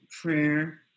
prayer